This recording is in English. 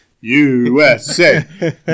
USA